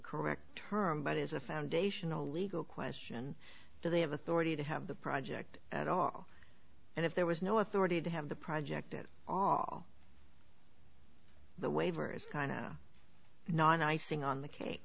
correct term but is a foundational legal question do they have authority to have the project at all and if there was no authority to have the project and all the waivers kind of non icing on the cake